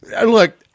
Look